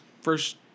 first